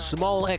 Small